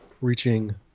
reaching